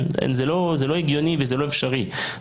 זה לא הגיוני וזה לא אפשרי,